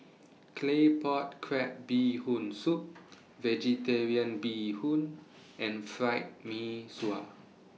Claypot Crab Bee Hoon Soup Vegetarian Bee Hoon and Fried Mee Sua